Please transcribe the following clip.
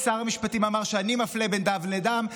כי שר המשפטים אמר שאני מפלה בין דם לדם,